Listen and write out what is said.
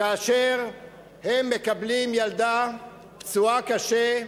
כאשר הם מקבלים ילדה פצועה קשה,